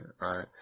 right